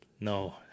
No